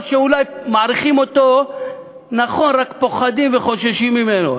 או שאולי מעריכים אותו נכון רק פוחדים וחוששים ממנו.